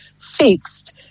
fixed